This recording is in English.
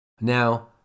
Now